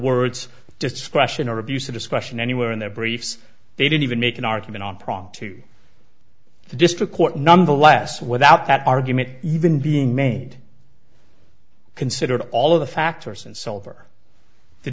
words of discretion or abuse of discretion anywhere in their briefs they didn't even make an argument on prop two the district court nonetheless without that argument even being made considered all of the factors and so over the